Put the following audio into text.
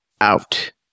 out